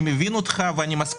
אני מבין ומסכים,